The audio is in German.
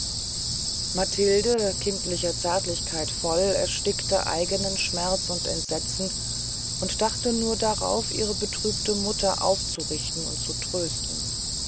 matilde kindlicher zärtlichkeit voll erstickte eignen schmerz und entsetzen und dachte nur darauf ihre betrübte mutter aufzurichten und zu trösten